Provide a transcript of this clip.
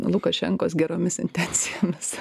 lukašenkos geromis intencijomis